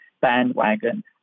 bandwagon